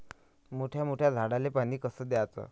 मोठ्या मोठ्या झाडांले पानी कस द्याचं?